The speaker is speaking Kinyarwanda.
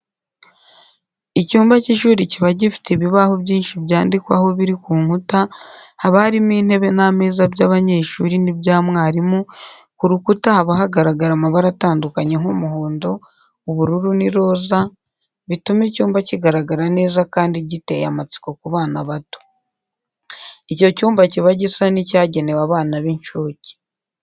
Icyumba cy'ishuri kiba gifite ibibaho byinshi byandikwaho biri ku nkuta haba harimo intebe n'ameza by'abanyeshuri n'ibya mwarimu, ku rukuta haba hagaragara amabara atandukanye nk'umuhondo, ubururu n'iroza bituma icyumba kigaragara neza kandi giteye amatsiko ku bana bato. Icyo cyumba kiba gisa n'icyagenewe abana b'incuke.